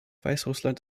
weißrussland